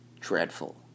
dreadful